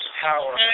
power